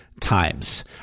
times